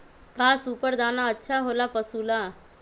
का सुपर दाना अच्छा हो ला पशु ला?